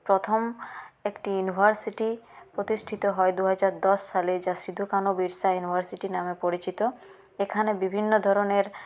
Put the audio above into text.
প্রথম একটি ইউনিভার্সিটি প্রতিষ্ঠিত হয় দুহাজার দশ সালে যা সিধু কানু বিরসা ইউনিভার্সিটি নামে পরিচিত এখানে বিভিন্ন ধরণের